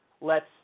lets